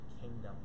kingdom